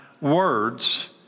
words